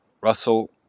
Russell